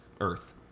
Earth